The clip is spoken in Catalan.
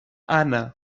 anna